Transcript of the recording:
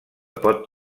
pot